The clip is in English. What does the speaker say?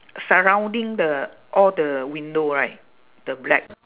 surrounding the all the window right the black